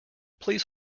please